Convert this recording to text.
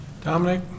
Dominic